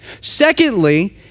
Secondly